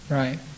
right